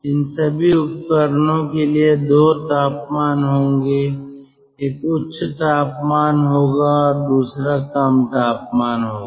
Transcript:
इन सभी उपकरणों के लिए 2 तापमान होंगे एक उच्च तापमान होगा और दूसरा कम तापमान होगा